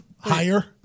higher